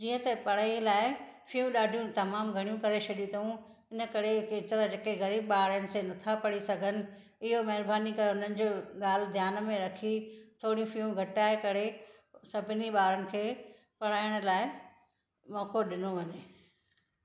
जीअं त पढ़ाईअ लाइ फ़ीहूं ॾाढियूं तमामु घणी करे छॾियूं अथऊं हिन करे एतिरा जेका ग़रीब ॿार आहिनि से नथा पढ़ी सघनि इहो महिरबानी करे हुननि जो ॻाल्हि ध्यान में रखी थोरी फ़ीहूं घटाइ करे सभिनी ॿारनि खे पढ़ाइण लाइ मौको ॾिनो वञे